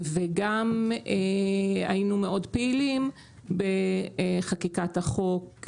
וגם היינו מאוד פעילים בחקיקת החוק,